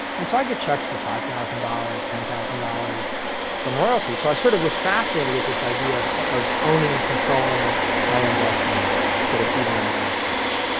and so i'd get checks for five thousand dollars, ten thousand from royalties. so, i sort of was fascinated with this idea of of owning and controlling my own destiny sort of even at an early stage.